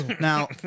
Now